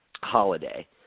Holiday